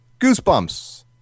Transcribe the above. Goosebumps